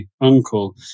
uncle